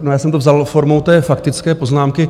Já jsem to vzal formou faktické poznámky.